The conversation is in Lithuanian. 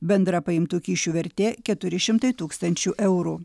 bendra paimtų kyšių vertė keturi šimtai tūkstantis eurų